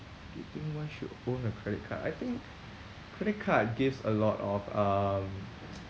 do you think one should own a credit card I think credit card gives a lot of um